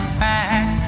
back